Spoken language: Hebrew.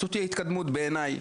זאת תהיה התקדמות בעיניי,